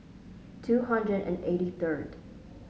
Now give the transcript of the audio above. two hundred and eighty third